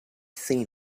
seen